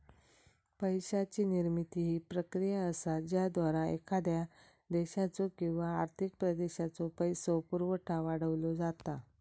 पैशाची निर्मिती ही प्रक्रिया असा ज्याद्वारा एखाद्या देशाचो किंवा आर्थिक प्रदेशाचो पैसो पुरवठा वाढवलो जाता